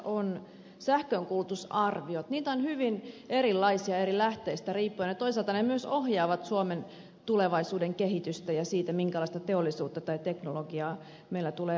niitä on hyvin erilaisia eri lähteistä riippuen ja toisaalta ne myös ohjaavat suomen tulevaisuuden kehitystä ja sitä minkälaista teollisuutta tai teknologiaa meillä tulee olemaan